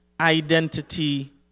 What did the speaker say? Identity